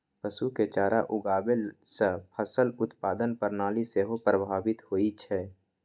पशु के चारा उगाबै सं फसल उत्पादन प्रणाली सेहो प्रभावित होइ छै